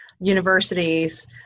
universities